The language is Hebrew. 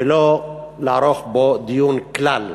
ולא לדון בו כלל.